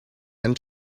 and